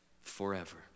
forever